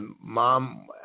mom